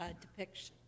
depiction